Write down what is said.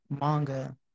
manga